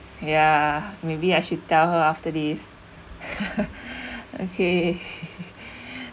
ya maybe I should tell her after this okay